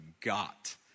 got